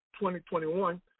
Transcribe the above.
2021